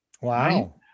Wow